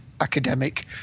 academic